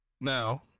Now